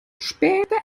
später